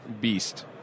beast